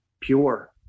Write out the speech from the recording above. pure